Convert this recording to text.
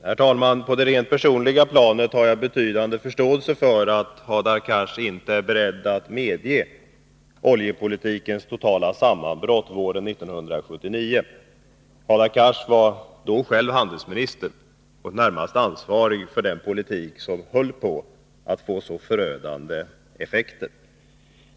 Herr talman! På det rent personliga planet har jag betydande förståelse för att Hadar Cars inte är beredd att medge oljepolitikens totala sammanbrott våren 1979. Hadar Cars var då själv handelsminister och närmast ansvarig för den politik som höll på att få så förödande effekter.